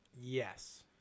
Yes